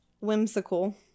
Whimsical